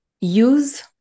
use